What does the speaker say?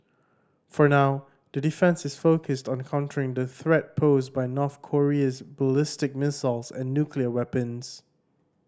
for now that defence is focused on countering the threat posed by North Korean ballistic missiles and nuclear weapons